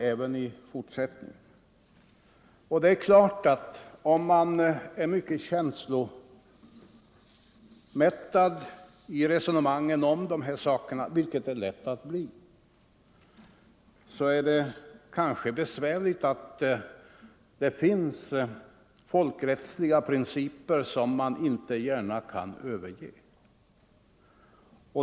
För den som i dessa frågor är mycket känslomättad, något som det är lätt att bli, är det kanske besvärligt att det finns folkrättsliga principer som man inte gärna kan överge.